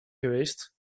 geweest